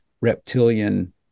reptilian